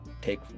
take